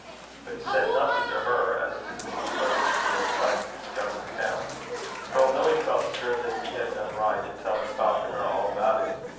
but he said nothing to her as to the means by which he had tried to discover the count for although he felt sure that he had done right in telling falconer all about it,